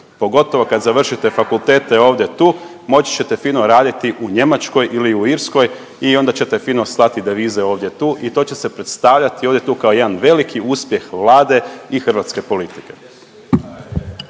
pogotovo kad završite fakultete ovdje tu, moći ćete fino raditi u Njemačkoj ili u Irskoj i onda ćete fino slati devize ovdje tu i to će se predstavljati ovdje tu kao jedan veliki uspjeh vlade i hrvatske politike.